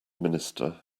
minister